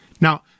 Now